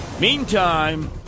Meantime